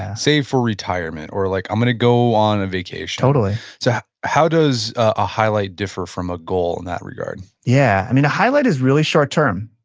save for retirement, or like i'm going to go on a vacation totally so, how does a highlight differ from a goal in that regard? yeah. i mean, a highlight is really short-term.